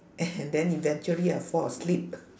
and then eventually I fall asleep